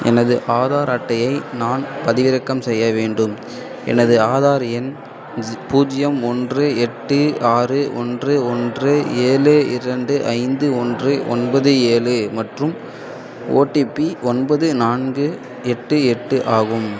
எனது ஆதார் அட்டையை நான் பதிவிறக்கம் செய்ய வேண்டும் எனது ஆதார் எண் பூஜ்ஜியம் ஒன்று எட்டு ஆறு ஒன்று ஒன்று ஏழு இரண்டு ஐந்து ஒன்று ஒன்பது ஏழு மற்றும் ஓடிபி ஒன்பது நான்கு எட்டு எட்டு ஆகும்